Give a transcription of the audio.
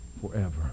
forever